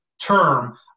term